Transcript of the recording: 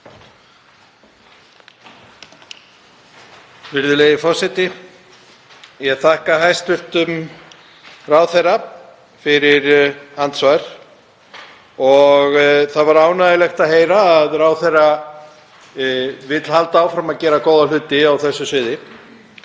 Virðulegi forseti. Ég þakka hæstv. ráðherra fyrir andsvarið og það var ánægjulegt að heyra að ráðherra vill halda áfram að gera góða hluti á þessu sviði.